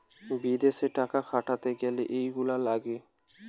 বিদেশে টাকা খাটাতে গ্যালে এইগুলা লাগে